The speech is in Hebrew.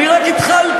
אני רק התחלתי,